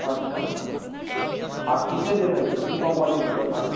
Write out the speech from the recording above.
আচ্ছা খাট কিসের নেবেন কি কোম্পানির নেবেন খাট